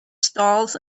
stalls